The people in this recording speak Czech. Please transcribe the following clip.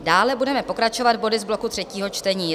Dále budeme pokračovat body z bloku třetího čtení.